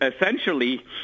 essentially